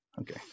okay